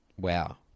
Wow